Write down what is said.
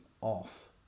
off